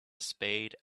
spade